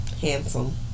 handsome